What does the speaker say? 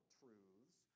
truths